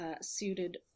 suited